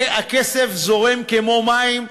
הכסף זורם כמו מים,